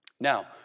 Now